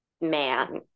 man